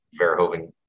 Verhoeven